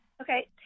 Okay